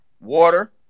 Water